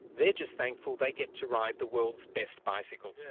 they're just thankful they get to ride the world's best bicycle.